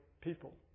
people